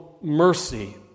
mercy